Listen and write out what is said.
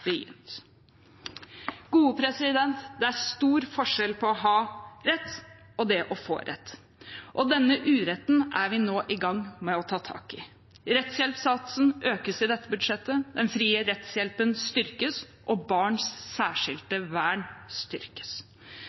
begynt. Det er stor forskjell på å ha rett og det å få rett. Denne uretten er vi nå i gang med å ta tak i. Rettshjelpssatsen økes i dette budsjettet, den frie rettshjelpen styrkes, og barns særskilte vern styrkes.